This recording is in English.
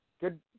Good